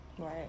Right